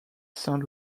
saint